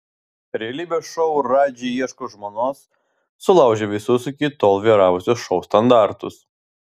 realybės šou radži ieško žmonos sulaužė visus iki tol vyravusius šou standartus